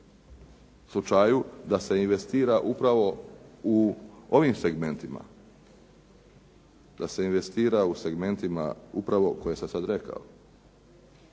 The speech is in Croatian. u slučaju da se investira upravo u ovim segmentima. Da se investira u segmentima upravo koje sam sad rekao.